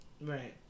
Right